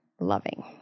loving